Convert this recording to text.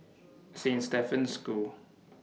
Saint Stephen's School